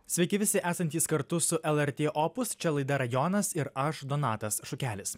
sveiki visi esantys kartu su lrt opus čia laida rajonas ir aš donatas šukelis